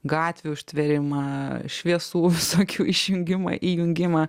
gatvių užtvėrimą šviesų visokių išjungimą įjungimą